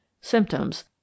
symptoms